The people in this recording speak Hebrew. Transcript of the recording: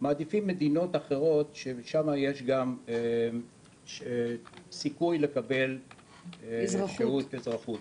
מעדיפים מדינות אחרות ששם יש גם סיכוי לקבל אפשרות לאזרחות